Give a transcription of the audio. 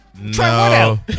No